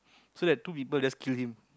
so that two people just kill him